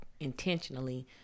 intentionally